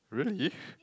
really